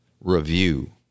review